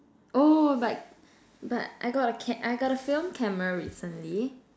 oh but but I got a cam~ I got a film camera recently